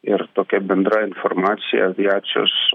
ir tokia bendra informacija aviacijos